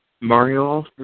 Mario